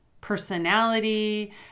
personality